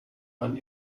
man